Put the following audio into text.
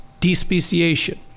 despeciation